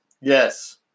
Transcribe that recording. Yes